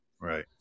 Right